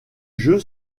jeu